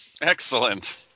Excellent